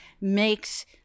makes